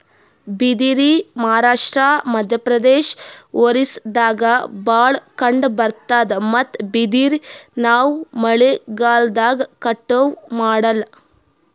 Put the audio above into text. ಬಿದಿರ್ ಮಹಾರಾಷ್ಟ್ರ, ಮಧ್ಯಪ್ರದೇಶ್, ಒರಿಸ್ಸಾದಾಗ್ ಭಾಳ್ ಕಂಡಬರ್ತಾದ್ ಮತ್ತ್ ಬಿದಿರ್ ನಾವ್ ಮಳಿಗಾಲ್ದಾಗ್ ಕಟಾವು ಮಾಡಲ್ಲ